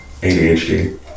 ADHD